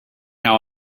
how